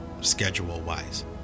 schedule-wise